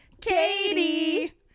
Katie